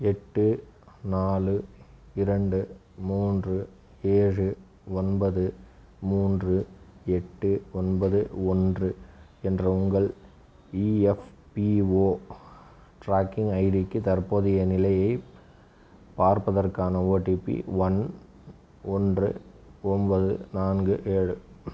எட்டு நாலு இரண்டு மூன்று ஏழு ஒன்பது மூன்று எட்டு ஒன்பது ஒன்று என்ற உங்கள் இஎஃப்பிஓ ட்ராக்கிங் ஐடிக்கு தற்போதைய நிலையைப் பார்ப்பதற்கான ஓடிபி ஒன்று ஒன்பது நான்கு ஏழு